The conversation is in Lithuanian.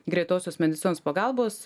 greitosios medicinos pagalbos